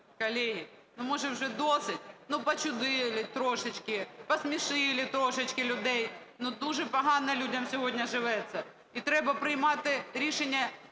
Колеги, може, вже досить? Ну, почудили трошечки, посмішили трошечки людей, ну, дуже погано людям сьогодні живеться. І треба приймати рішення